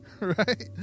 right